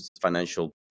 financial